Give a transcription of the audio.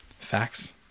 facts